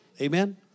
Amen